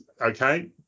okay